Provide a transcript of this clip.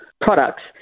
products